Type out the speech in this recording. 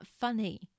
funny